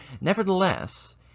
Nevertheless